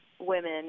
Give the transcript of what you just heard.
women